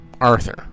Arthur